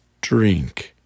drink